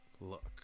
Look